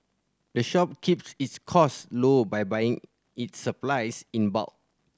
the shop keeps its cost low by buying its supplies in bulk